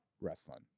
wrestling